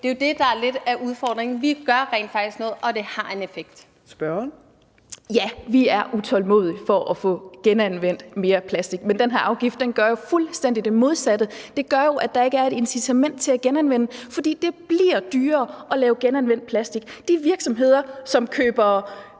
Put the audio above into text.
Det er jo det, der lidt er udfordringen. Vi gør rent faktisk noget, og det har en effekt. Kl. 15:29 Fjerde næstformand (Trine Torp): Spørgeren. Kl. 15:29 Marie Bjerre (V): Ja, vi er utålmodige for at få genanvendt mere plastik, men den her afgift gør jo fuldstændig det modsatte; den gør jo, at der ikke er et incitament til at genanvende, fordi det bliver dyrere at lave genanvendt plastik. Mange af de virksomheder, som køber